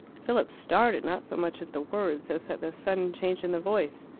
philip started, not so much at the words as at the sudden change in the voice.